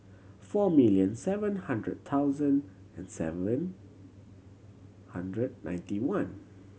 four million seven hundred thousand and seven hundred ninety one